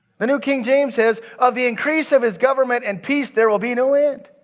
the new king james says, of the increase of his government and peace. there will be no end.